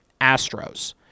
Astros